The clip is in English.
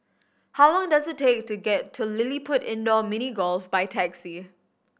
how long does it take to get to LilliPutt Indoor Mini Golf by taxi